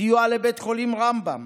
סיוע לבית חולים רמב"ם,